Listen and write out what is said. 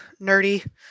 nerdy